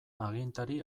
agintari